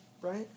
right